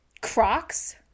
Crocs